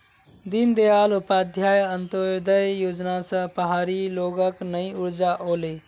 दीनदयाल उपाध्याय अंत्योदय योजना स पहाड़ी लोगक नई ऊर्जा ओले